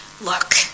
Look